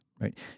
right